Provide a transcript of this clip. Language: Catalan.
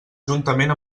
juntament